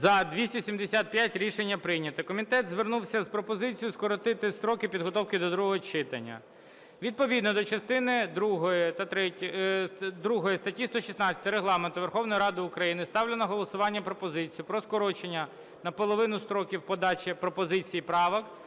За-275 Рішення прийнято. Комітет звернувся з пропозицією скоротити строки підготовки до другого читання. Відповідно до частини другої статті 116 Регламенту Верховної Ради України ставлю на голосування пропозицію про скорочення наполовину строків подачі пропозицій і правок